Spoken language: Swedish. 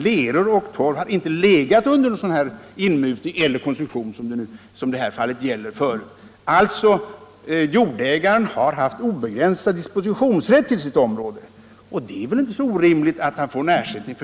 Leror och torv har ju inte legat under någon inmutning eller koncession, som det i det här fallet gäller. Jordägaren har haft obegränsad dispositionsrätt till sitt område, och då är det väl inte så orimligt att han får ersättning.